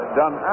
done